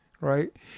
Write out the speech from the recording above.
right